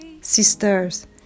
sisters